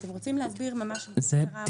אתם רוצים להסביר ממש בקצרה?